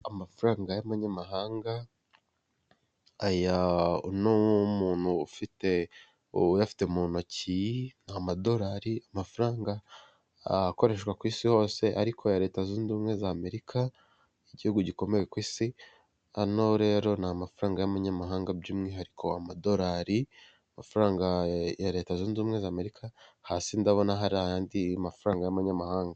Amafaranga y'abanyamahanga aya ni umuntu ufite ubu afite mu ntoki amadorari amafaranga akoreshwa ku isi hose ariko ya leta zunze ubumwe za Amerika igihugu gikomeye ku isi ano rero ni amafaranga y'umuyamahanga by'umwihariko amadolarifaranga ya leta zunze ubumwe za amerika hasi ndabona hari ayandidi mafaranga y'abanyamahanga.